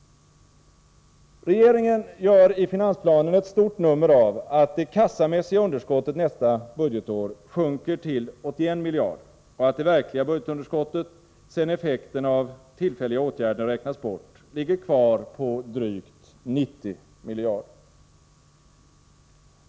Regeringen gör i finansplanen ett stort nummer av att det kassamässiga underskottet nästa budgetår sjunker till 81 miljarder och att det verkliga budgetunderskottet, sedan effekten av tillfälliga åtgärder räknats bort, ligger kvar på drygt 90 miljarder.